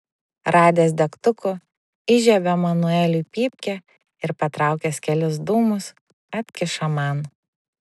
radęs degtukų įžiebia manueliui pypkę ir patraukęs kelis dūmus atkiša man